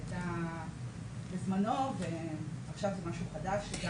היא הייתה בזמנו ועכשיו זה משהו חדש.